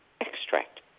extract